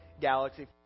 galaxy